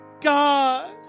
God